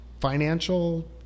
Financial